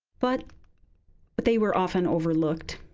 but but they were often overlooked.